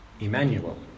Emmanuel